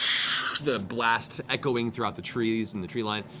the blast echoing throughout the trees and the treeline.